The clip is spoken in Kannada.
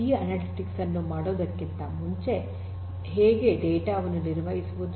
ಈ ಅನಲಿಟಿಕ್ಸ್ ಅನ್ನು ಮಾಡುವುದಕ್ಕಿಂತ ಮುಂಚೆ ಹೇಗೆ ಡೇಟಾ ವನ್ನು ನಿರ್ವಹಿಸುವುದು